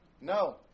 No